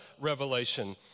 revelation